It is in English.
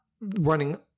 running